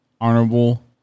honorable